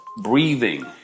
breathing